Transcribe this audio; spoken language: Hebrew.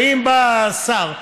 ובא שר,